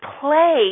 play